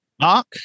Mark